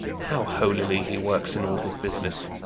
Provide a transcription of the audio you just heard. how holily he workes in all his businesse,